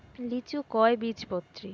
লিচু কয় বীজপত্রী?